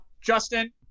Justin